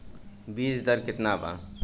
बीज दर केतना बा?